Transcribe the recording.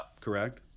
Correct